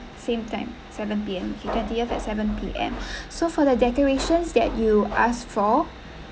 same time seven P_M okay twentieth at seven P_M so for the decorations that you asked for